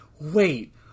wait